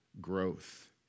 growth